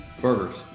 Burgers